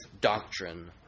doctrine